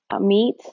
meat